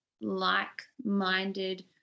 like-minded